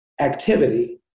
activity